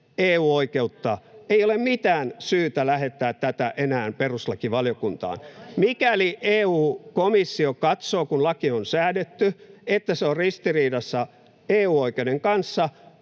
EU-oikeutta, ei ole mitään syytä lähettää tätä enää perustuslakivaliokuntaan. [Sosiaalidemokraattien ryhmästä: Juuri näin!] Mikäli EU-komissio katsoo, kun laki on säädetty, että se on ristiriidassa EU-oikeuden kanssa,